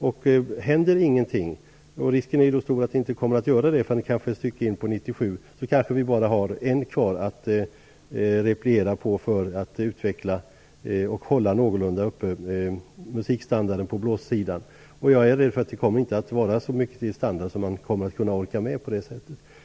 Om ingenting händer - risken är stor att det inte gör det, förrän någon gång 1997 - har vi kanske bara en kvar att repliera på för att utveckla och någorlunda hålla musikstandarden uppe på blåssidan. Jag är rädd för att man inte kommer att orka med så hög standard på det sättet.